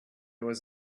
was